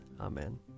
Amen